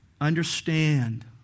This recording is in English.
understand